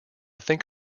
think